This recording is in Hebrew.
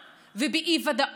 ב' וג'.